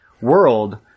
world